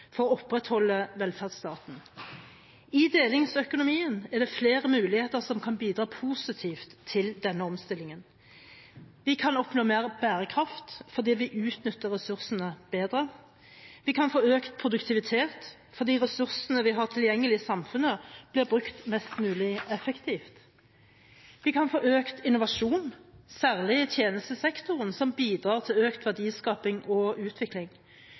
for å opprettholde velferdsstaten. I delingsøkonomien er det flere muligheter som kan bidra positivt til denne omstillingen: Vi kan oppnå mer bærekraft fordi vi utnytter ressursene bedre. Vi kan få økt produktivitet fordi ressursene vi har tilgjengelig i samfunnet, blir brukt mest mulig effektivt. Vi kan få økt innovasjon, særlig i tjenestesektoren, som bidrar til økt verdiskaping og utvikling.